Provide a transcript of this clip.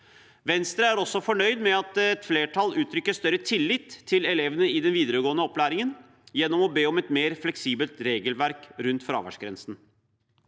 Venstre er også fornøyd med at et flertall uttrykker større tillit til elevene i den videregående opplæringen gjennom å be om et mer fleksibelt regelverk når det gjelder fraværsgrensen.